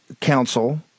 Council